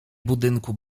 budynku